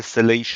טסליישן"